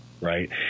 right